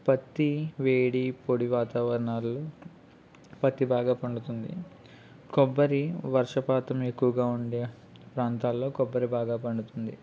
పత్తి వేడి పొడి వాతావరణాలలో పత్తి బాగా పండుతుంది కొబ్బరి వర్షపాతం ఎక్కువగా ఉండే ప్రాంతాలలో కొబ్బరి బాగా పండుతుంది